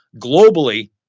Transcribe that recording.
globally